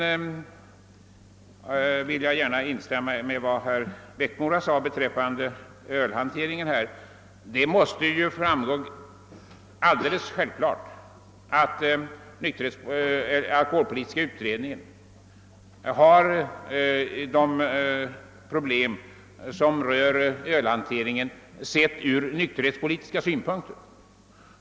Jag vill gärna instämma i vad herr Eriksson i Bäckmora sade beträffande ölhanteringen. Det är ju alldeles självklart att alkoholpolitiska utredningen bar att behandla de problem som rör ölhanteringen, sedda ur nykterhetspolitisk synpunkt.